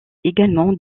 également